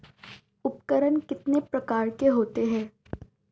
उपकरण कितने प्रकार के होते हैं?